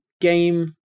game